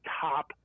top